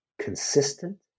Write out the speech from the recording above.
consistent